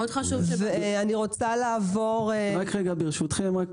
אני רוצה לעבור ברשותכם,